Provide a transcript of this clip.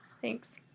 Thanks